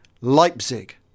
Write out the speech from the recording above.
Leipzig